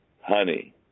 honey